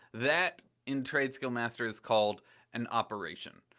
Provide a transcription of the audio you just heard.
that in tradeskillmaster is called an operation.